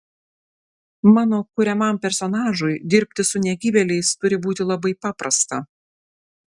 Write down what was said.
mano kuriamam personažui dirbti su negyvėliais turi būti labai paprasta